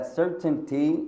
certainty